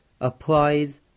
applies